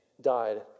died